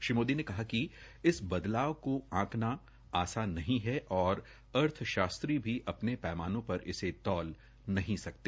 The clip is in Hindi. श्री मोदी ने कहा कि इस बदलाव को आंकना आसान नहीं है और अर्थशास्त्री भी अ ने मानों र इसे तौल नहीं सकते